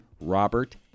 Robert